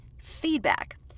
feedback